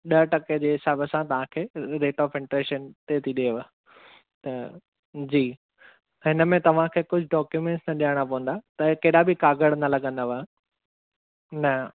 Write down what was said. ॾह टके जे हिसाब सां तव्हां खे रेट ऑफ इंटरेस्टनि ते थी ॾेव त जी हिन में तव्हां खे कुझु डोक्यूमेंटस न ॾियणा पवंदा त कहिड़ा बि कागर न लंॻदव न